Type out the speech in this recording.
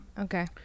Okay